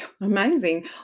amazing